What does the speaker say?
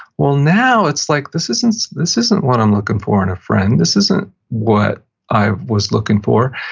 well now, it's like, this isn't this isn't what i'm looking for in a friend. this isn't what i was looking for.